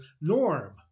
norm